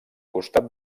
costat